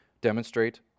demonstrate